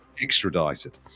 extradited